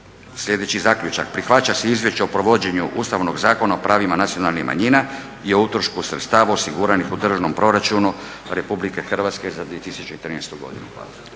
sljedeći zaključak. Prihvaća se Izvješće o provođenju Ustavnog zakona o pravima nacionalnih manjina i o utrošku sredstava osiguranih u državnom proračunu Republike Hrvatske za 2013. godinu. Hvala.